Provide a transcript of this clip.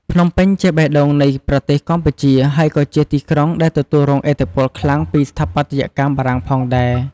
ភ្នំពេញជាបេះដូងនៃប្រទេសកម្ពុជា ហើយក៏ជាទីក្រុងដែលទទួលរងឥទ្ធិពលខ្លាំងពីស្ថាបត្យកម្មបារាំងផងដែរ។